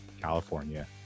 california